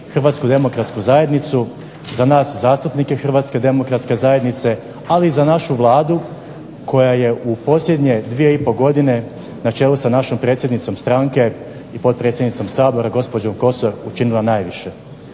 Hrvatsku demokratsku zajednicu, za nas zastupnike HDZ-a ali i za našu Vladu koja je u posljednje dvije i pol godine na čelu sa našom predsjednicom stranke i potpredsjednicom Sabora gospođom Kosor učinila najviše.